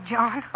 John